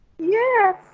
Yes